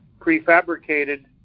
prefabricated